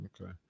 Okay